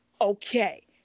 Okay